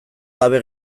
gabe